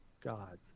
God